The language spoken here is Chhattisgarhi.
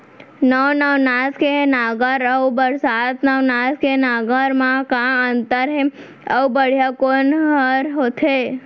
नौ नवनास के नांगर अऊ बरसात नवनास के नांगर मा का अन्तर हे अऊ बढ़िया कोन हर होथे?